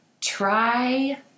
try